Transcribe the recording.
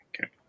Okay